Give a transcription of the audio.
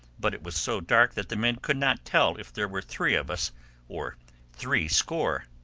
but it was so dark that the men could not tell if there were three of us or three score.